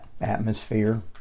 atmosphere